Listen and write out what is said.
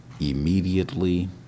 immediately